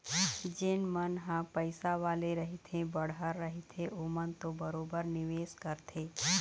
जेन मन ह पइसा वाले रहिथे बड़हर रहिथे ओमन तो बरोबर निवेस करथे